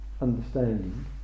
understanding